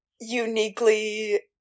uniquely